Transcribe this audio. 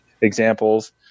examples